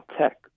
tech